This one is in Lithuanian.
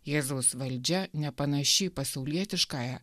jėzaus valdžia nepanaši į pasaulietiškąją